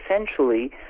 essentially